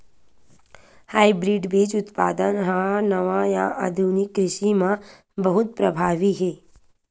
hybrid बीज उत्पादन हा नवा या आधुनिक कृषि मा बहुत प्रभावी हे